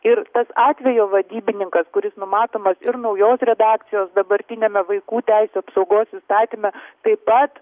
ir tas atvejo vadybininkas kuris numatomas ir naujos redakcijos dabartiniame vaikų teisių apsaugos įstatyme taip pat